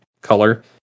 color